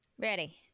ready